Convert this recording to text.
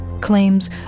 Claims